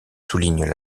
soulignent